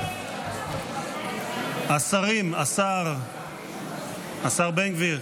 השרים, השר בן גביר.